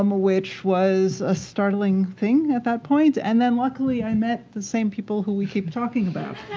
um which was a startling thing at that point. and then, luckily, i met the same people who we keep talking about.